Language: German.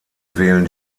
wählen